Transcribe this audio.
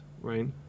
Right